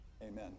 Amen